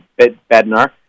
Bednar